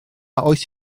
oes